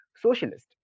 socialist